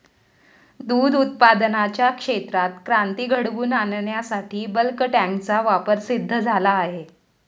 दूध उत्पादनाच्या क्षेत्रात क्रांती घडवून आणण्यासाठी बल्क टँकचा वापर सिद्ध झाला आहे